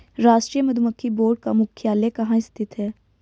राष्ट्रीय मधुमक्खी बोर्ड का मुख्यालय कहाँ स्थित है?